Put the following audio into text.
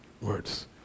Words